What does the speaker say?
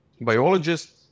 biologists